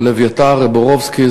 של אביתר בורובסקי,